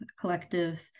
collective